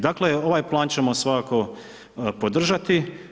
Dakle ovaj plan ćemo svakako podržati.